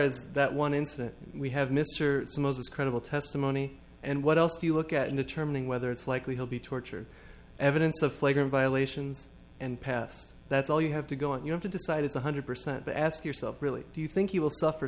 as that one incident we have mr moses credible testimony and what else do you look at in determining whether it's likely he'll be torture evidence of flagrant violations and past that's all you have to go on you have to decide it's one hundred percent but ask yourself really do you think you will suffer